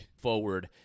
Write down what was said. forward